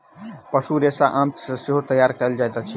पशु रेशा आंत सॅ सेहो तैयार कयल जाइत अछि